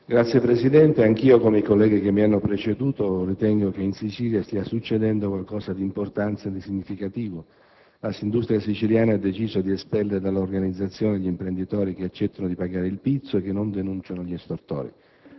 Signor Presidente, anch'io, come i colleghi che mi hanno preceduto, ritengo che in Sicilia stia succedendo qualcosa di importante e di significativo. L'Assoindustria siciliana ha deciso di espellere dall'organizzazione gli imprenditori che accettano di pagare il pizzo e che non denunciano gli estortori.